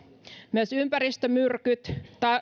myös ympäristömyrkyt